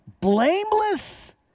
blameless